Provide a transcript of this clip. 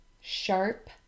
sharp